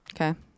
Okay